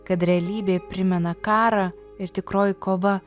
kad realybė primena karą ir tikroji kova